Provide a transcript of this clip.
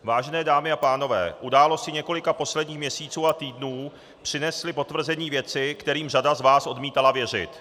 Vážené dámy a pánové, události několika posledních měsíců a týdnů přinesly potvrzení věcí, kterým řada z vás odmítala věřit.